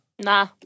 Nah